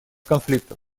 конфликтов